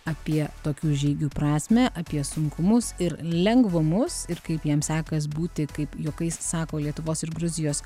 apie tokių žygių prasmę apie sunkumus ir lengvumus ir kaip jam sekas būti kaip juokais sako lietuvos ir gruzijos